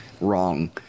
wrong